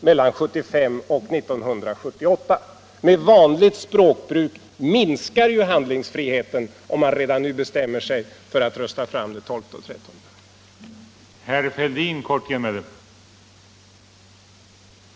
Med vanligt språkbruk minskar handlingsfriheten om man redan nu bestämmer sig för att rösta fram det tolfte och det trettonde kärnkraftverket.